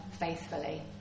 faithfully